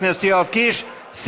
גם חברת הכנסת עליזה לביא.